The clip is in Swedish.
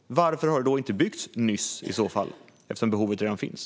Varför har kabeln i så fall inte byggts nyss, eftersom behovet redan finns?